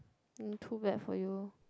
too bad for you